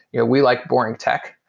yeah we like boring tech.